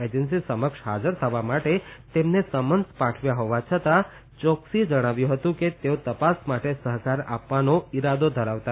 agency સમક્ષ હાજર થવા માટે તેમને સમન્સ પાઠવ્યા હોવા છતાં ચોકસીએ જણાવ્યું હતું કે તેઓ તપાસ માટે સહકાર આપવાનો ઈરાદો ધરાવતા નથી